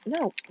No